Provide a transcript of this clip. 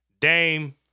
Dame